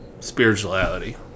spirituality